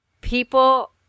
people